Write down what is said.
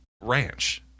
ranch